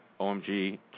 OMG